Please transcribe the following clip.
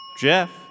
Jeff